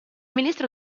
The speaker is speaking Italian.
ministro